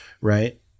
Right